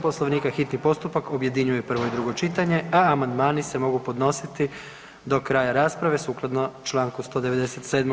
Poslovnika hitni postupak objedinjuje prvo i drugo čitanje, a amandmani se mogu podnositi do kraja rasprave sukladno Članu 197.